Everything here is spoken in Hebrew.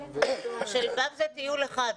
של ו' זה טיול אחד.